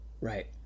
Right